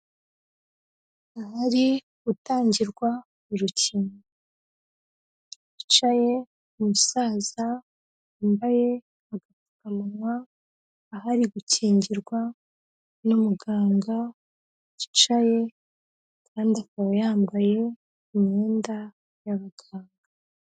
Ahari gutangirwa urukingo hicaye umusaza wambaye agapfukamunwa, aho ari gukingirwa n'umuganga wicaye kandi akaba yambaye imyenda y'abaganga.